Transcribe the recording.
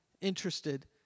interested